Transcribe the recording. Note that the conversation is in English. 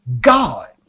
God